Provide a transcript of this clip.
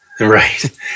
right